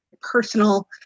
personal